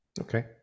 Okay